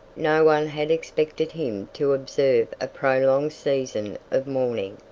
no one had expected him to observe a prolonged season of mourning,